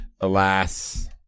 alas